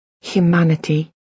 Humanity